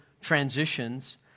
transitions